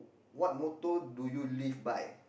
what motto do you live by